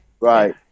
Right